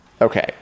Okay